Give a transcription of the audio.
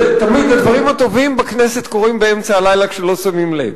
תמיד הדברים הטובים בכנסת קורים באמצע הלילה כשלא שמים לב.